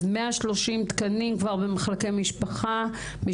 אז 130 תקנים כבר במחלקי משפחה.